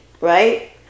right